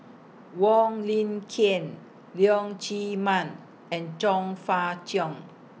Wong Lin Ken Leong Chee Mun and Chong Fah Cheong